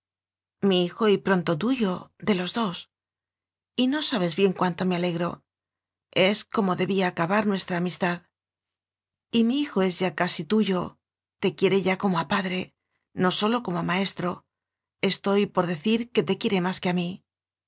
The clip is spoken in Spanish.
mi hijo y pronto tuyo de los dos y no sabes bien cuánto me alegro es como debía acabar nuestra amistad y mi hijo es ya casi tuyo te quiere ya como a padre no sólo como a maestro estoy por decir que te quiere más que a mí